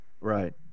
Right